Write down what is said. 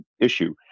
issue